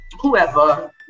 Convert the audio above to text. whoever